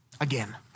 Again